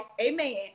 Amen